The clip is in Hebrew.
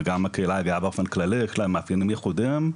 וגם הקהילה הגאה באופן כללי יש להם מאפיינים ייחודיים,